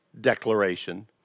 declaration